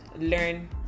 learn